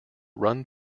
run